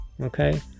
okay